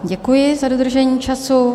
Děkuji za dodržení času.